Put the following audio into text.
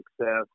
success